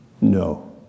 no